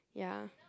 ya